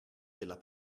della